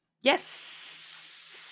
Yes